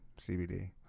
CBD